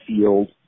field